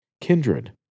kindred